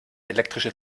elektrische